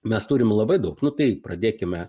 mes turim labai daug nu tai pradėkime